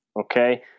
okay